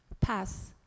pass